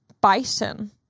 bison